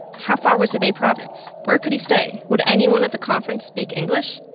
how far was hebei province? where could he stay? would anyone at the conference speak english?